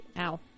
Ow